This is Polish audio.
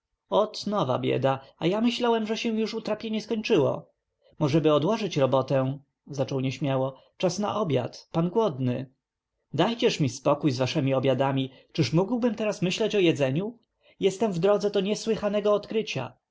nowa bieda a ja myślałem że się już utrapienie skończyło możeby odłożyć robotę zaczął nieśmiało czas na obiad pan głodny dajcież mi spokój z waszemi obiadami czyż mógłbym teraz myśleć o jedzeniu jestem na drodze do niesłychanego odkrycia